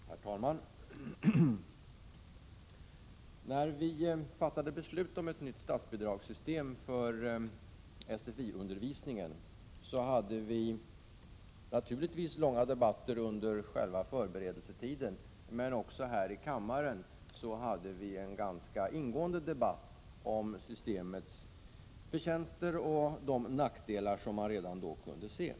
Herr talman! När riksdagen fattade beslut om ett nytt statsbidragssystem för SFI-undervisningen fördes naturligtvis långa debatter under förberedelsetiden, men också här i kammaren fördes en ganska ingående debatt om systemets förtjänster och de nackdelar som redan då kunde ses.